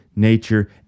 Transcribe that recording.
nature